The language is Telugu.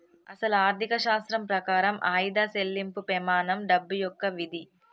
అసలు ఆర్థిక శాస్త్రం ప్రకారం ఆయిదా సెళ్ళింపు పెమానం డబ్బు యొక్క విధి